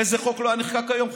איזה חוק לא היה נחקק היום?